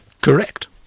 Correct